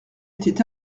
était